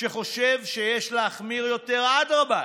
שחושב שיש להחמיר יותר, אדרבה.